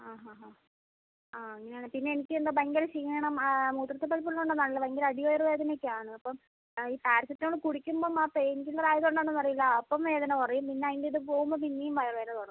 ആ ഹാ ഹാ ആ ഇങ്ങനെ ആണ് പിന്നെ എനിക്ക് എന്തോ ഭയങ്കര ക്ഷീണം മൂത്രത്തിൽ പഴുപ്പ് ഉള്ളതുകൊണ്ടാണോ എന്ന് അറിയില്ല ഭയങ്കര അടി വയറുവേദന ഒക്കെ ആണ് അപ്പം ഈ പാരസിറ്റമോള് കുടിക്കുമ്പം മാത്രെ എനിക്ക് ഇങ്ങനെ ആയതുകൊണ്ട് ആണോ എന്ന് അറിയില്ല അപ്പം വേദന കുറയും പിന്നെ അതിൻ്റ ഇത് പോകുമ്പം പിന്നെയും വയറുവേദന തുടങ്ങും